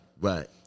right